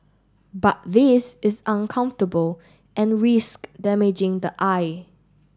but this is uncomfortable and risks damaging the eye